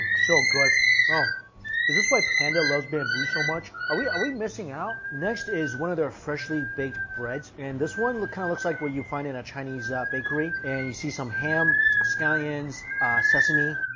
so good oh is this why pandas love bamboo so much are we ah we missing out? next is one of their freshly baked breads and this one look kind looks like what you find in a chinese bakery, and you see some ham scallions sesame